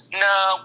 No